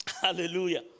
Hallelujah